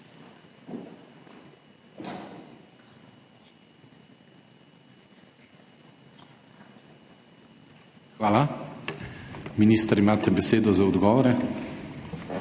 Hvala. Minister, imate besedo za odgovore.